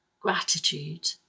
gratitude